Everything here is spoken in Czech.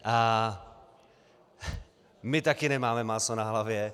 A my taky nemáme máslo na hlavě.